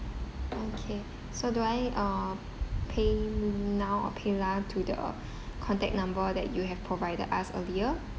okay so do I uh paynow or paylah to the contact number that you have provided us earlier